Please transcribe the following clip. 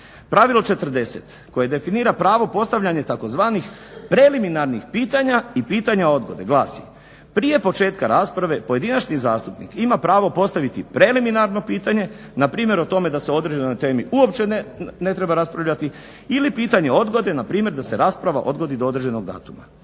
Pravilo 40 koje definira pravo postavljanja tzv. preliminarnih pitanja i pitanja odgode glasi: "Prije početka rasprave pojedinačni zastupnik ima pravo postaviti preliminarno pitanje npr. da se o određenoj temi uopće ne treba raspravljati ili pitanje odgode npr. da se rasprava odgodi do određenog datuma".